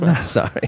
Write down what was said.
Sorry